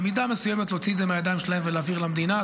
במידה מסוימת להוציא את זה מהידיים שלהם ולהעביר למדינה.